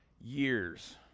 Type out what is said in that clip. years